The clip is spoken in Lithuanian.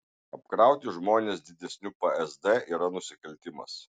apkrauti žmones didesniu psd yra nusikaltimas